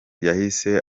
yahise